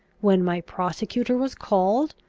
when my prosecutor was called,